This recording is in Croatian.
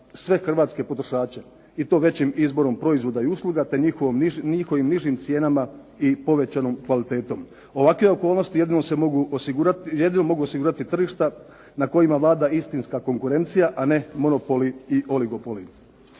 sve hrvatske potrošače i to većim izborom proizvoda i usluga te njihovim nižim cijenama i povećanom kvalitetom. Ovakve okolnosti jedino mogu osigurati tržišta na kojima vlada istinska konkurencija, a ne monopoli i oligopoli.